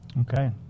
Okay